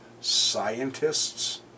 scientists